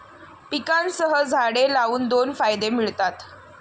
पिकांसह झाडे लावून दोन फायदे मिळतात